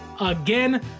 again